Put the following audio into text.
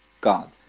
God